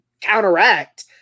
counteract